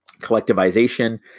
collectivization